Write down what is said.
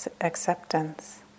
acceptance